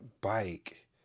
bike